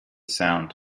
sound